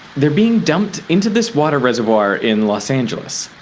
they're being dumped into this water reservoir in los angeles.